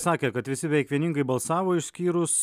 sakė kad visi veik vieningai balsavo išskyrus